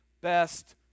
best